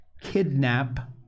kidnap